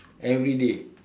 everyday